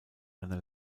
einer